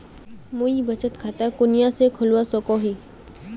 मुई बचत खता कुनियाँ से खोलवा सको ही?